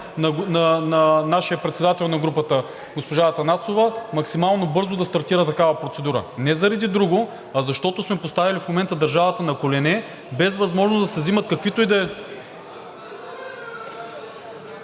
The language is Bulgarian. на нашия председател на групата – госпожа Атанасова, максимално бързо да стартира такава процедура. Не заради друго, а защото сме поставили в момента държавата на колене, без възможност да се взимат каквито и да е...